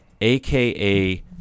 aka